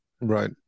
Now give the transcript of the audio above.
Right